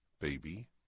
baby